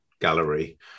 gallery